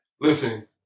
Listen